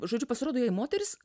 žodžiu pasirodo jai moteris